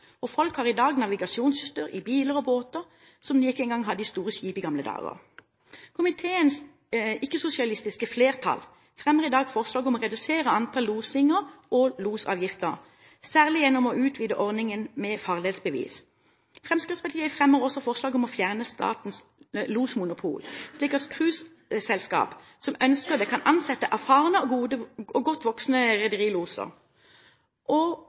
og folk har i dag navigasjonsutstyr i biler og båter som man ikke engang hadde i store skip i gamle dager. Komiteens ikke-sosialistiske flertall fremmer i dag forslag om å redusere antall losinger og losavgiftene, særlig gjennom å utvide ordningen med farledsbevis. Fremskrittspartiet fremmer også forslag om å fjerne statens losmonopol, slik at cruiseselskaper som ønsker det, kan ansette erfarne og godt voksne rederiloser. Vi må legge til rette slik at loser